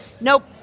Nope